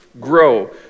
grow